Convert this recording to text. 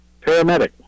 Paramedic